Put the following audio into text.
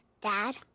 Dad